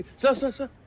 so sir,